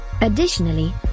Additionally